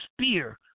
spear